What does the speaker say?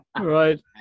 Right